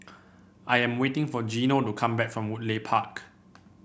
I am waiting for Geno to come back from Woodleigh Park